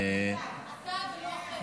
הצבעה.